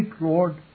Lord